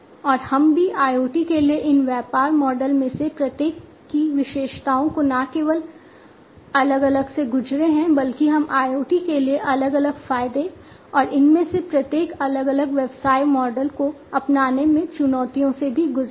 और हम भी IoT के लिए इन व्यापार मॉडल में से प्रत्येक की विशेषताओं को न केवल अलग अलग से गुजरे हैं बल्कि हम IoT के लिए अलग अलग फायदे और इनमें से प्रत्येक अलग अलग व्यवसाय मॉडल को अपनाने में चुनौतियों से भी गुजरे हैं